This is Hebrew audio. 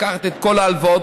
לקחת את כל ההלוואות,